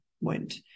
went